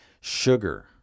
sugar